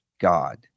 God